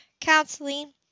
counseling